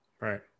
Right